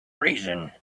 reason